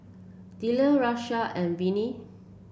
Dellar Rashad and Velia